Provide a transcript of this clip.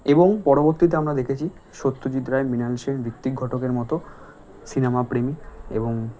এবং পরবর্তীতে আমরা দেখেছি সত্যজিৎ রায় মৃনাল সেন ঋত্বিক ঘটকের মতো সিনেমাপ্রেমীক এবং